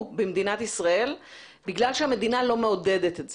במדינת ישראל בגלל שהמדינה לא מעודדת את זה.